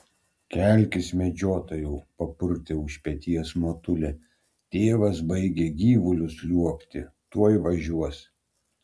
kelkis medžiotojau papurtė už peties motulė tėvas baigia gyvulius liuobti tuoj važiuos